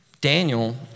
Daniel